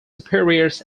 superiors